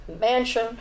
mansion